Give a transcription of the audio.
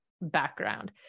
Background